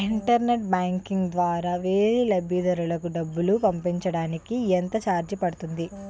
Internet banking ద్వారా వేరే లబ్ధిదారులకు డబ్బులు పంపించటానికి ఎంత ఛార్జ్ పడుతుంది?